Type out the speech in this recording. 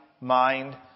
mind